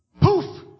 poof